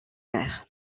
mer